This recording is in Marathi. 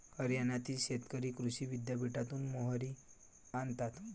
हरियाणातील शेतकरी कृषी विद्यापीठातून मोहरी आणतात